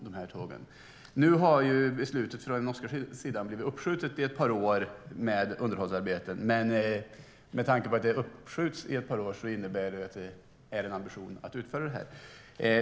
Nu har beslutet om underhållsarbeten från den norska sidan blivit uppskjutet i ett par år, men att det skjuts upp ett par år innebär att det finns en ambition att genomföra detta.